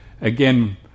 again